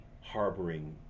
harboring